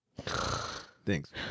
thanks